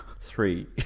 Three